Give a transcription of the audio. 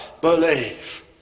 believe